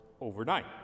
overnight